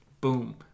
Boom